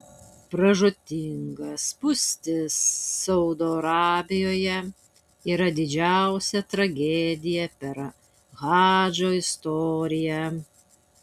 pražūtinga spūstis saudo arabijoje yra didžiausia tragedija per hadžo istoriją